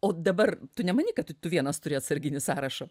o dabar tu nemanyk kad tu vienas turi atsarginį sąrašą